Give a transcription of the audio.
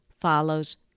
follows